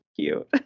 cute